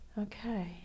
Okay